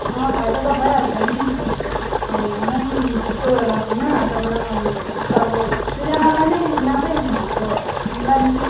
अँ फाइदा त भइहाल्छ नि अब म पनि त्यस्तो राख्दिन तपाईँलाई पनि अब जस्तो अब दुईजनालाई नै नाफै हुने खालको दिउँला नि